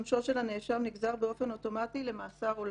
עונשו של הנאשם נגזר באופן אוטומטי למאסר עולם.